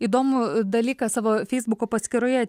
įdomų dalyką savo feisbuko paskyroje